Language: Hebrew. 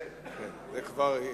את זה כבר הפנמנו.